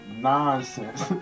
nonsense